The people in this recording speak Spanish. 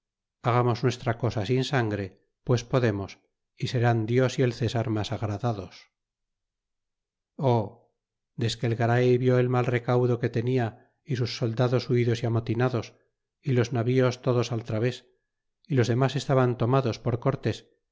hagamos nuestra cosa sin sangre pues podemos y serán dios y el césar mas agradados desque el garay vie el mal recaudo que tenia y sus soldados huidos y amotinados y los navíos todos al traves y los demas estaban tomados por cortés